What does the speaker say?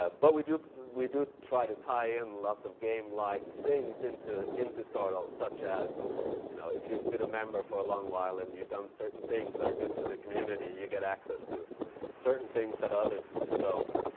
ah but we do we do try to tie in lots of game-lik like things into into stardoll such as you know if you've been a member for a long while, and you've done certain things that are good to the community, you get access to certain things that others don't.